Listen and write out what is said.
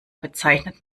bezeichnet